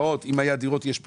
אם היה דירות, יש פתרון.